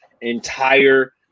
entire